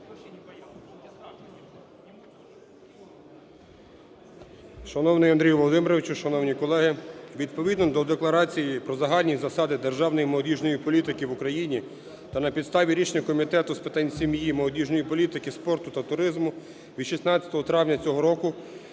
Шановний Андрій Володимирович, шановні колеги, відповідно до Декларації "Про загальні засади державної і молодіжної політики в Україні" та на підставі рішення Комітету з питань сім'ї, молодіжної політики, спорту та туризму від 16 травня цього року